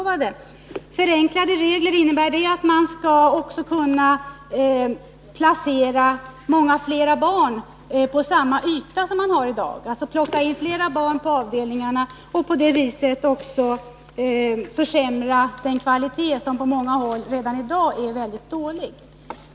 Innebär förenklingarna av reglerna att man också skall kunna placera många fler barn på samma yta som man har i dag, dvs. plocka in fler barn på avdelningarna, och på det viset också försämra den kvalitet som på många håll redan i dag är mycket dålig?